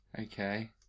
Okay